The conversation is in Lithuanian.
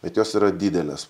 bet jos yra didelės